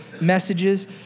messages